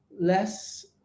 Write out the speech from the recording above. less